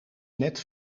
net